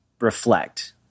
reflect